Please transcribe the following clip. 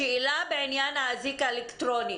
השאלה בעניין האזיק האלקטרוני